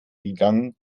gegangen